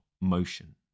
motion